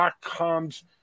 com's